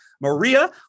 Maria